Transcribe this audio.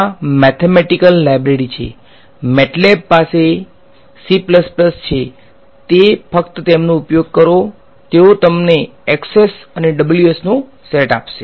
ત્યાં મેથેમેટીકલ છે MATLAB પાસે C છે તે ફક્ત તેમને ઉપયોગ કરો તેઓ તમને x's અને w's નો સેટ આપશે